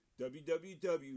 www